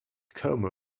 como